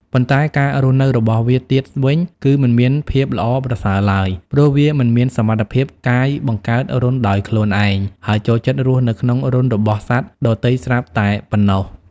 ប៉ុន្តែការរស់នៅរបស់វាទៀតវិញ គឺមិនមានភាពល្អប្រសើរឡើយ ព្រោះវាមិនមានសមត្ថភាពកាយបង្កើតរន្ធដោយខ្លួនឯង ហើយចូលចិត្តរស់នៅក្នុងរន្ធរបស់សត្វដទៃស្រាប់តែប៉ុណ្ណោះ។